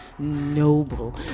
noble